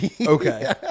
Okay